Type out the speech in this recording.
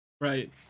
Right